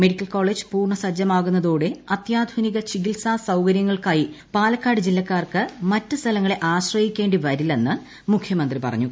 medical college പൂർണ്ണ സജ്ജമാകുന്നതോടെ അത്യാധുനിക ചികിത്സാ സൌകര്യങ്ങൾക്കായി പാലക്കാട് ജില്ലക്കാർക്ക് മറ്റ് സ്ഥലങ്ങളെ ആശ്രയിക്കേണ്ടി വരില്ലെന്ന് അദ്ദേഹം പറഞ്ഞു